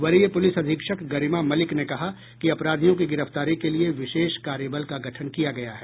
वरीय पुलिस अधीक्षक गरिमा मलिक ने कहा कि अपराधियों की गिरफ्तारी के लिए विशेष कार्यबल का गठन किया गया है